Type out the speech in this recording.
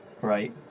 Right